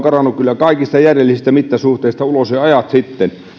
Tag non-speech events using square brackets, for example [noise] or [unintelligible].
[unintelligible] karannut kyllä kaikista järjellisistä mittasuhteista ulos jo ajat sitten